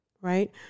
right